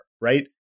right